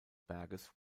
berges